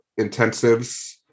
intensives